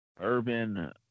urban